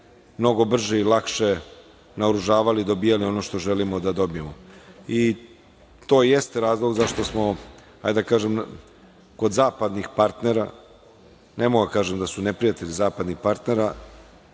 mnogo brže i lakše naoružavali, dobijali ono što želimo da dobijemo. To jeste razlog zašto smo, hajde da kažem, kod zapadnih partnera, ne mogu da kažem da su neprijatelji, zapadnih partnera,